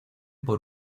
por